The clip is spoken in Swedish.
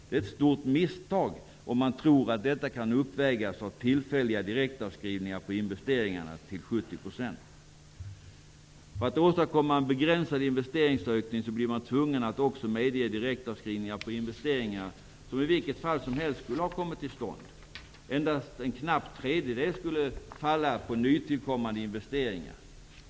Det är ett stort misstag om man tror att detta kan uppvägas av tillfälliga direktavskrivningar på investeringar till 70 %. För att åstadkomma en begränsad investeringsökning blir man tvungen att också medge direktavskrivning på investeringar som i vilket fall som helst skulle ha kommit till stånd. Endast en knapp tredjedel skulle falla på nytillkommmande investeringar.